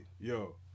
Yo